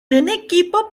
equipo